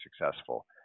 successful